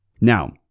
Now